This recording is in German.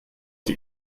die